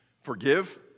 Forgive